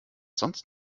sonst